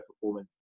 performance